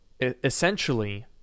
essentially